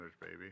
baby